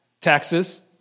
Taxes